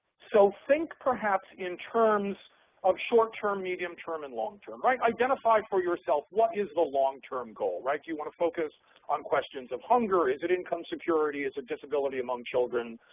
so think, perhaps, in terms of short-term, medium-term, and long-term, right. identify for yourself what is the long-term goal, right. do you want to focus on questions of hunger? is it income security? is it disability among children?